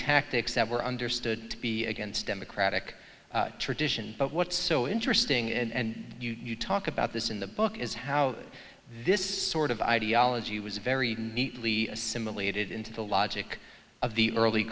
tactics that were understood to be against democratic tradition but what's so interesting and you talk about this in the book is how this sort of ideology was very neatly assimilated into the logic of the early